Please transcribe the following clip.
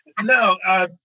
no